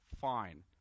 Fine